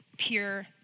pure